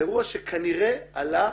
אירוע שכנראה עלה